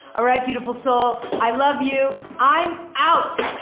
ah right. beautiful soul. i love you. i'm out.